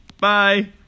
Bye